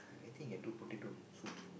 I think you can do potato soup